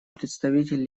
представитель